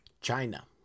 China